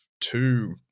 two